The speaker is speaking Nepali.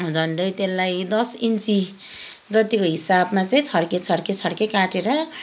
झन्डै त्यसलाई दस इन्ची जतिको हिसाबमा चाहिँ छड्के छड्के काटेर